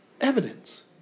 evidence